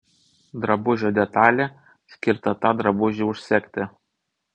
drabužio detalė skirta tą drabužį užsegti